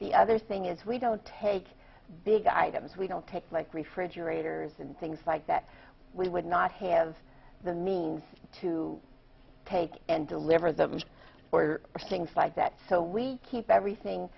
the other thing is we don't take big items we don't take like refrigerators and things like that we would not have the means to take and deliver them or things like that so we keep everything